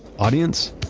audience,